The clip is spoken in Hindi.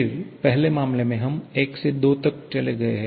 फिर पहले मामले में हम 1 से 2 तक चले गए हैं